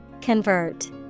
Convert